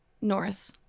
North